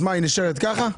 נשארת ככה?